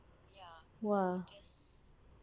!wah!